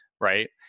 right